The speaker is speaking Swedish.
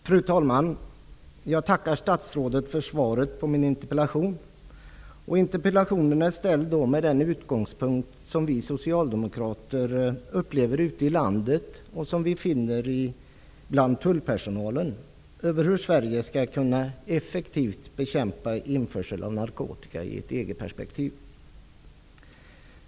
Fru talman! Jag tackar statsrådet för svaret på min interpellation. Den är ställd med utgångspunkt i den oro som vi socialdemokrater upplever ute i landet och som vi finner bland tullpersonalen över hur Sverige effektivt skall kunna bekämpa införseln av narkotika i ett EG-perspektiv.